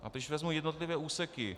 A když vezmu jednotlivé úseky.